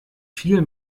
viel